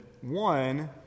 One